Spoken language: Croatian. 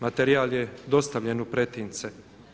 Materijal je dostavljen u pretince.